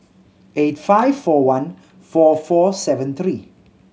eight five four one four four seven three